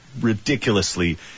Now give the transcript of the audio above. ridiculously